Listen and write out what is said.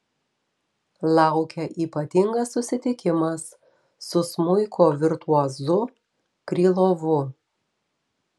laukia ypatingas susitikimas su smuiko virtuozu krylovu